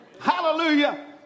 Hallelujah